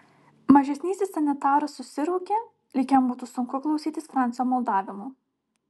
mažesnysis sanitaras susiraukė lyg jam būtų sunku klausytis francio maldavimų